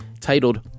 titled